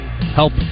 help